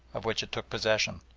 of which it took possession.